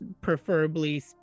preferably